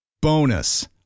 Bonus